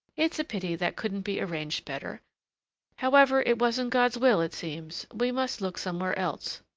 it's a pity that couldn't be arranged better however, it wasn't god's will, it seems. we must look somewhere else.